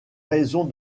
raison